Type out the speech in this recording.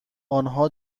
آنها